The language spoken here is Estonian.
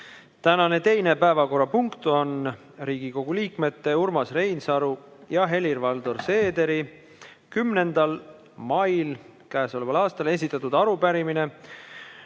Tänane teine päevakorrapunkt on Riigikogu liikmete Urmas Reinsalu ja Helir-Valdor Seederi 10. mail esitatud arupärimine